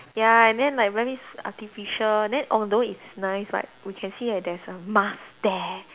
ya and then like very s~ artificial then although it's nice but we can see like there's a mask there